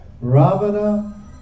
Ravana